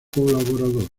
colaborador